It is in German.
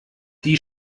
die